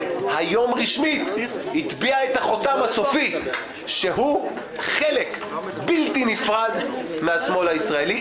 היום רשמית הטביע את החותם הסופי שהוא חלק בלתי נפרד מהשמאל הישראלי,